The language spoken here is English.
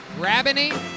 Rabini